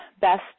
best